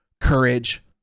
Courage